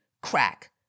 Crack